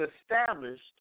established